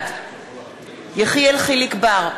בעד יחיאל חיליק בר,